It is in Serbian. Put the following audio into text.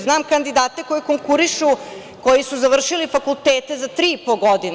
Znam kandidate koji konkurišu, koji su završili fakultete za tri i po godine.